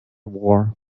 war